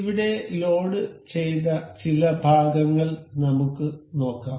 ഇവിടെ ലോഡ് ചെയ്ത ചില ഭാഗങ്ങൾ നമുക്ക് നോക്കാം